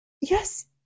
Yes